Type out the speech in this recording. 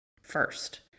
first